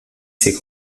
ces